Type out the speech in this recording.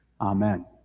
Amen